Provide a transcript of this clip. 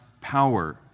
power